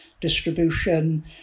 distribution